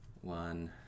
one